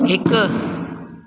हिकु